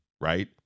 Right